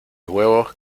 huevos